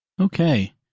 Okay